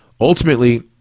Ultimately